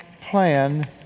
Plan